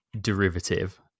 derivative